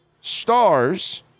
stars –